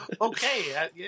Okay